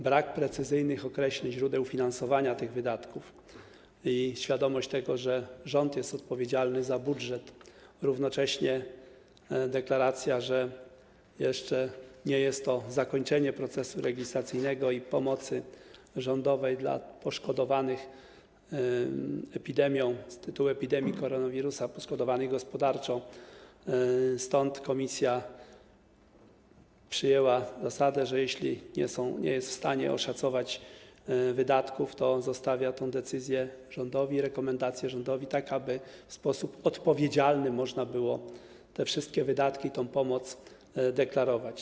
Brak precyzyjnych określeń źródeł finansowania tych wydatków i świadomość tego, że rząd jest odpowiedzialny za budżet, a równocześnie deklaracja, że jeszcze nie jest to zakończenie procesu legislacyjnego i pomocy rządowej dla poszkodowanych z tytułu epidemii koronawirusa, poszkodowanych gospodarczo - stąd komisja przyjęła zasadę, że jeśli nie jest w stanie oszacować wydatków, to zostawia tę decyzję i rekomendację rządowi, tak aby w sposób odpowiedzialny można było te wszystkie wydatki i tę pomoc deklarować.